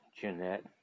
Jeanette